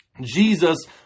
Jesus